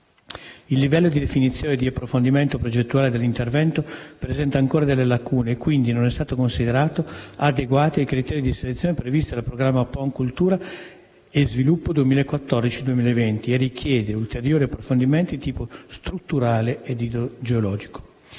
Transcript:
il livello di definizione e di approfondimento progettuale dell'intervento presenta ancora delle lacune, quindi non è stato considerato adeguato ai criteri di selezione previsti dal programma PON cultura e sviluppo 2014-2020 e richiede ulteriori approfondimenti di tipo strutturale e idrogeologico.